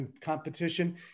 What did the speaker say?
competition